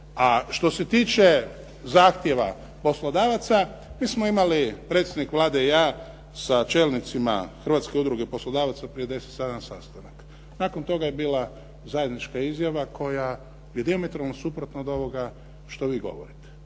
A što se tiče zahtjeva poslodavaca, mi smo imali predsjednik Vlade i ja sa čelnicima Hrvatske udruge poslodavaca prije 10 dana sastanak. Nakon toga je bila zajednička izjava koja je dijametralno suprotno od ovoga što vi govorite,